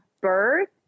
birth